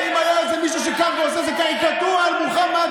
אם היה איזה מישהו שקם ועושה איזה קריקטורה על מוחמד,